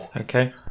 Okay